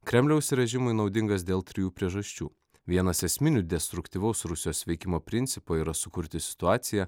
kremliaus režimui naudingas dėl trijų priežasčių vienas esminių destruktyvaus rusijos veikimo principo yra sukurti situaciją